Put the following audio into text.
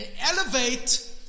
elevate